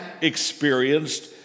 experienced